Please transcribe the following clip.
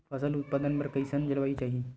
फसल उत्पादन बर कैसन जलवायु चाही?